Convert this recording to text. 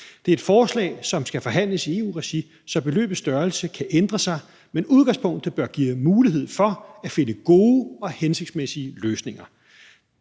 Det er et forslag, som skal forhandles i EU-regi, så beløbets størrelse kan ændre sig, men i udgangspunktet bør det give mulighed for at finde gode og hensigtsmæssige løsninger.